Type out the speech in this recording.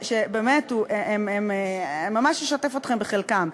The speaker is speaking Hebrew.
אני ממש אשתף אתכם בחלקם.